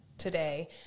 today